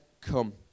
Come